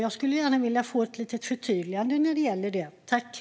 Jag skulle vilja få ett förtydligande på den punkten.